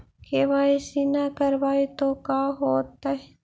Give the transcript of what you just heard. KYC न करवाई तो का हाओतै?